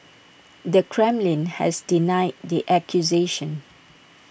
the Kremlin has denied the accusations